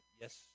yes